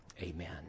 Amen